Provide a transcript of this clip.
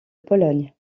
pologne